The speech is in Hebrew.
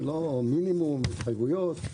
זה לא מינימום והתחייבויות.